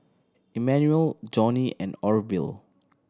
Immanuel Johnny and Orvil